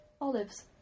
olives